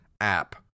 app